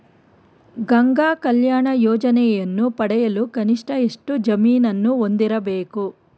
ಗಂಗಾ ಕಲ್ಯಾಣ ಯೋಜನೆಯನ್ನು ಪಡೆಯಲು ಕನಿಷ್ಠ ಎಷ್ಟು ಜಮೀನನ್ನು ಹೊಂದಿರಬೇಕು?